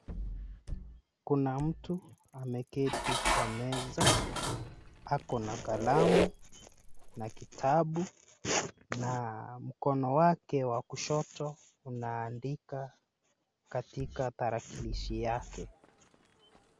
Kuna mtu ameketi kwa meza, akona kalamu na kitabu na mkono wake wa kushoto unaandika katika tarakilishi yake.